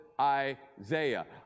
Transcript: Isaiah